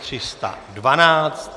312.